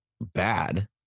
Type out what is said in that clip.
bad